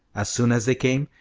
as soon as they came,